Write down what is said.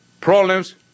problems